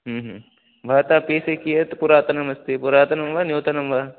भवता P C कियत् पुरातनमस्ति पुरातनं वा न्यूतनं वा